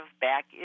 back